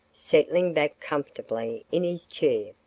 settling back comfortably in his chair.